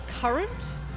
current